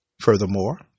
Furthermore